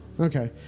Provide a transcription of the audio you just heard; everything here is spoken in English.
Okay